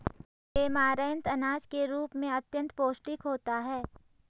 amaranth अनाज के रूप में अत्यंत पौष्टिक होता है